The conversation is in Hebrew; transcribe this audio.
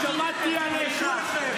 שמעתי עליך.